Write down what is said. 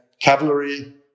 cavalry